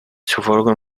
zufolge